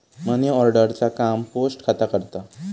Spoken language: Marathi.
मनीऑर्डर चा काम पोस्ट खाता करता